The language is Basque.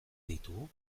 ditugu